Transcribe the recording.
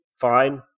fine